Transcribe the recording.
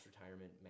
retirement